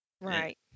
right